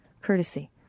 courtesy